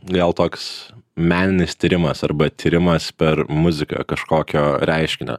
gal toks meninis tyrimas arba tyrimas per muziką kažkokio reiškinio